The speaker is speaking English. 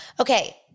Okay